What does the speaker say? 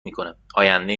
میکنه، آینده